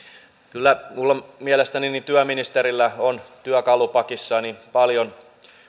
kyllä mielestäni työministerillä on työkalupakissaan paljon